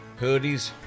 hoodies